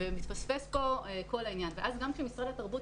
מתפספס פה כל העניין ואז גם כשמשרד התרבות